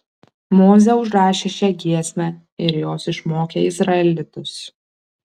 mozė užrašė šią giesmę ir jos išmokė izraelitus